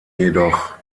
jedoch